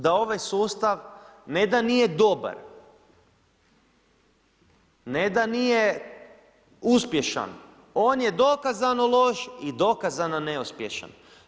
Da ovaj sustav ne da nije dobar, ne da nije uspješan, on je dokazano loš i dokazano neuspješan.